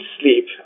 sleep